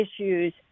issues